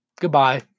Goodbye